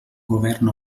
govern